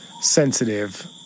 sensitive